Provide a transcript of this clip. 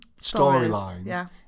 storylines